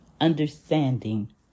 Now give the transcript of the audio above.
understanding